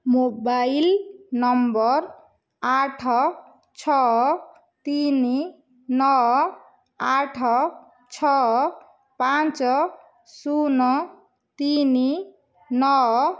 mobile number ଆଠ ଛଅ ତିନି ନଅ ଆଠ ଛଅ ପାଞ୍ଚ ଶୂନ ତିନି ନଅ